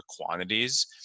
quantities